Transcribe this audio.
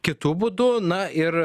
kitu būdu na ir